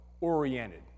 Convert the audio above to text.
oriented